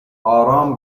آرام